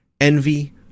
envy